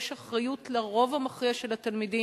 יש אחריות לרוב המכריע של התלמידים,